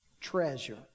treasure